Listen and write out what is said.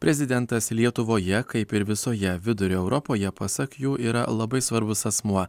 prezidentas lietuvoje kaip ir visoje vidurio europoje pasak jų yra labai svarbus asmuo